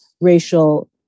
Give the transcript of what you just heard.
racial